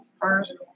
first